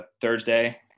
Thursday